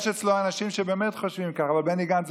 יש אצלו אנשים שבאמת חושבים כך אבל בני גנץ,